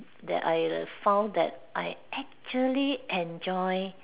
that I'd found that I actually enjoy